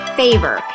favor